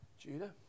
Judah